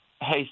hey